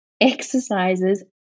exercises